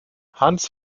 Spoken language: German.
hans